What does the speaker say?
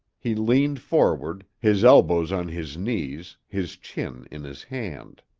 he leaned forward, his elbows on his knees, his chin in his hand.